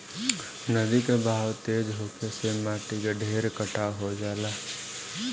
नदी के बहाव तेज होखे से माटी के ढेर कटाव हो जाला